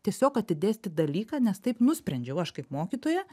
tiesiog atidėstyt dalyką nes taip nusprendžiau aš kaip mokytoja